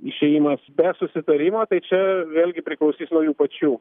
išėjimas be susitarimo tai čia vėlgi priklausys nuo jų pačių